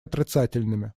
отрицательными